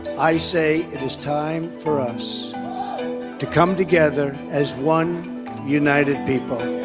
i say it is time for us to come together as one united people